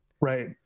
Right